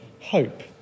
hope